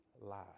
last